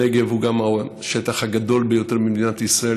הנגב הוא גם השטח הגדול ביותר במדינת ישראל,